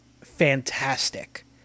fantastic